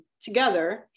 together